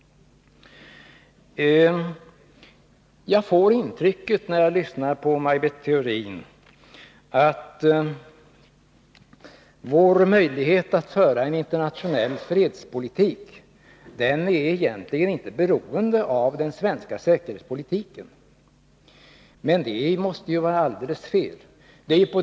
Jag får intrycket, när jag lyssnar till Maj Britt Theorin, att vår möjlighet att föra en internationell fredspolitik egentligen inte är beroende av den svenska säkerhetspolitiken. Men det måste vara alldeles fel!